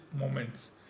moments